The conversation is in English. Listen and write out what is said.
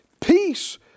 peace